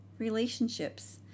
relationships